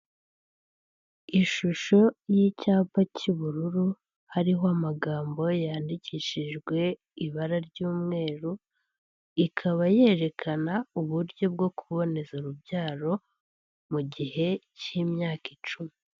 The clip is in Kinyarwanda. Ishusho y'icyapa cy'ubururu, hariho amagambo yandikishijwe ibara ry'umweru, ikaba yerekana uburyo bwo kuboneza urubyaro, mu gihe cy'imyaka icumi.